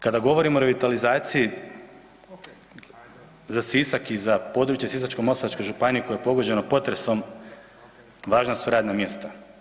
Kada govorimo o revitalizaciji za Sisak i za područje Sisačko-moslavačke županije koje je pogođeno potresom, važna su radna mjesta.